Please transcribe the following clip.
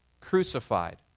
crucified